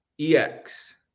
EX